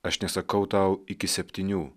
aš nesakau tau iki septynių